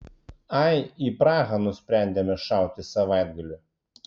ai į prahą nusprendėme šauti savaitgaliui